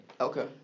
Okay